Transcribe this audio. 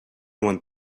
one